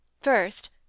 First